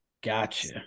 Gotcha